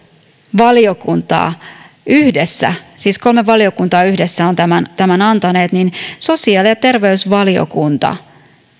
valiokuntaa yhdessä siis kolme valiokuntaa yhdessä ovat tämän antaneet mutta sosiaali ja terveysvaliokunta